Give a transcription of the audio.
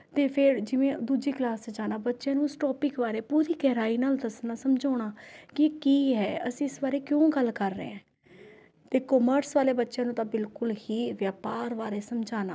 ਅਤੇ ਫਿਰ ਜਿਵੇਂ ਦੂਜੀ ਕਲਾਸ 'ਚ ਜਾਣਾ ਬੱਚਿਆਂ ਨੂੰ ਉਸ ਟੌਪਿਕ ਬਾਰੇ ਪੂਰੀ ਗਹਿਰਾਈ ਨਾਲ ਦੱਸਣਾ ਸਮਝਾਉਣਾ ਕਿ ਕੀ ਹੈ ਅਸੀਂ ਇਸ ਬਾਰੇ ਕਿਉਂ ਗੱਲ਼ ਕਰ ਰਹੇ ਹਾਂ ਅਤੇ ਕਮਰਸ ਵਾਲਿਆਂ ਬੱਚਿਆਂ ਤਾਂ ਬਿਲਕੁਲ ਹੀ ਵਪਾਰ ਬਾਰੇ ਸਮਝਾਉਣਾ